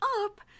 up